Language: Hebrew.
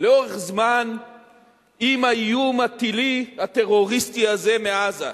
לאורך זמן עם האיום הטילי הטרוריסטי הזה מעזה,